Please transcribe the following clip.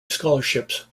scholarships